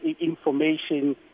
information